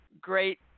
great